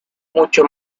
mucho